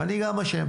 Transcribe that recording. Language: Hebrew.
אני גם אשם,